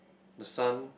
the sun